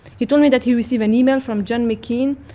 he told me that he received an email from john mccain,